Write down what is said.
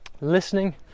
listening